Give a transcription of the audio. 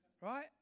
Right